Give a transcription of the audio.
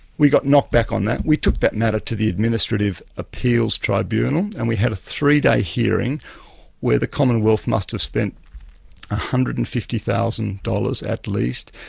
we got knocked back on that we took that matter to the administrative appeals tribunal, and we had a three-day hearing where the commonwealth must have spent one hundred and fifty thousand dollars at least.